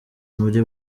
muri